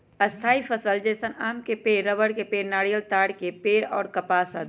स्थायी फसल जैसन आम के पेड़, रबड़ के पेड़, नारियल, ताड़ के पेड़ और कपास आदि